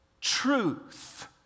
truth